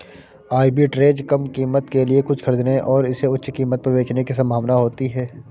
arbitrage कम कीमत के लिए कुछ खरीदने और इसे उच्च कीमत पर बेचने की संभावना होती है